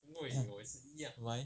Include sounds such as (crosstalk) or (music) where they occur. (noise) why